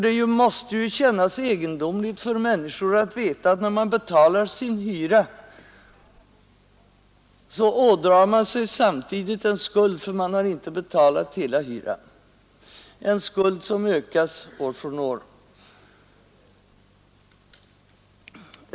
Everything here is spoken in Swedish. Det måste ju kännas egendomligt för människor att veta att de, när de betalar sin hyra, samtidigt ådrar sig en skuld, eftersom de inte har betalat hela hyran, en skuld som ökar år från år.